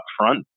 upfront